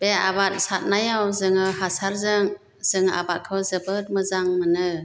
बे आबाद सादनायाव जोङो हासारजों जों आबादखौ जोबोद मोजां मोनो